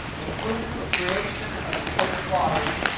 including the creation of the state's lottery,